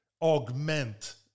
augment